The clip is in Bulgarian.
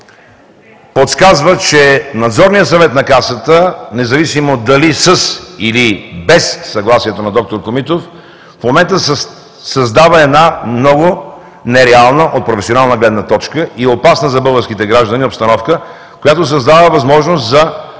подсказва, че Надзорният съвет на Касата, независимо дали със или без съгласието на д-р Комитов, в момента създава една много нереална от професионална гледна точка и опасна за българските граждани обстановка, която създава възможност за